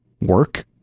work